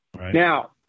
Now